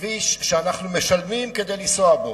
כביש שאנחנו משלמים כדי לנסוע בו.